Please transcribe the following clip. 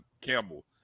Campbell